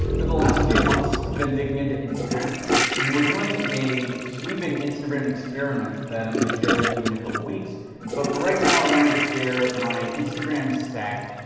for the last few months, we've been digging into instagram and we're doing a sweeping instagram experiment that i'm gonna share with you in a couple weeks but for right now i wanted to share my instagram stack.